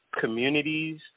communities